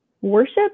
Worship